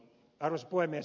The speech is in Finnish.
arvoisa puhemies